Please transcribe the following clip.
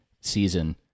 season